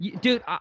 dude